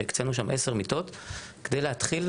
שהקצנו שם עשר מיטות כדי להתחיל,